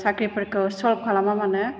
साख्रिफोरखौ सल्प खालामा मानो